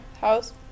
house